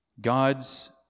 God's